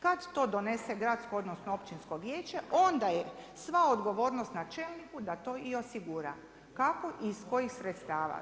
Kad to donese gradsko, odnosno općinsko vijeće onda je sva odgovornost na čelniku da to i osigura, kako i iz kojih sredstava.